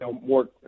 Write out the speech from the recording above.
more